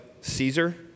Caesar